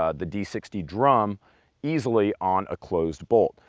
ah the d sixty drum easily on a closed bolt.